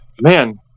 man